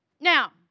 Now